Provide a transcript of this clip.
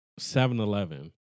7-Eleven